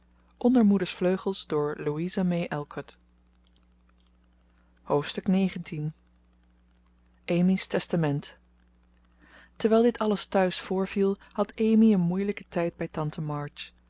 hoofdstuk xix amy's testament terwijl dit alles thuis voorviel had amy een moeilijken tijd bij tante march